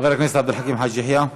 חבר הכנסת עבד אל חכים חאג' יחיא,